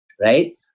right